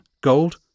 Gold